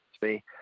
see